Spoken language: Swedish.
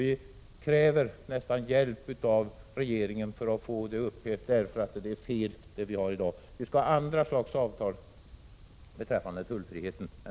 Vi kräver hjälp från regeringens sida för att få avtalet upphävt. Det avtal som vi har i dag är fel, och vi skall i stället ha andra slags avtal beträffande tullfriheten.